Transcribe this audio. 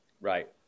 Right